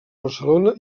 barcelona